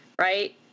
right